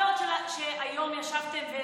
אני שמחה מאוד שישבתם היום.